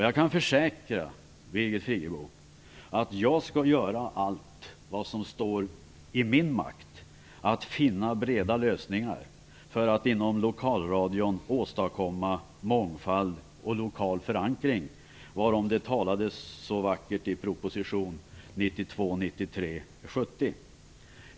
Jag kan försäkra Birgit Friggebo att jag skall göra allt vad som står i min makt för att finna breda lösningar för att inom lokalradion åstadkomma mångfald och lokal förankring, varom det talades så vackert i proposition 1992/93:70.